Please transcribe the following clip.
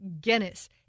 Guinness